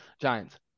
Giants